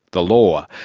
the law.